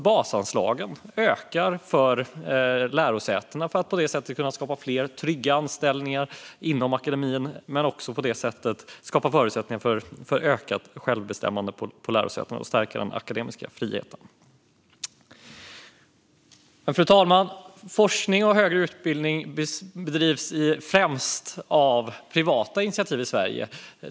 Basanslagen bör öka för att lärosätena på det sättet ska kunna skapa fler trygga anställningar inom akademin. Det skapar också förutsättningar för ökat självbestämmande på lärosätena. Så stärks den akademiska friheten. Fru talman! Forskning och högre utbildning bedrivs främst av privata initiativ i Sverige.